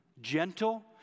gentle